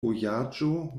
vojaĝo